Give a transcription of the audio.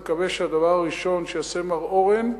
אני מקווה שהדבר הראשון שיעשה מר אורן,